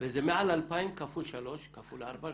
וזה מעל 2,000 כפול שלוש, כפול ארבע.